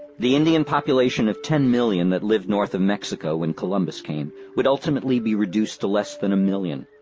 the indian population of ten million that lived north of mexico when columbus came would ultimately be reduced to less than a million.